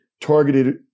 targeted